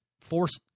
force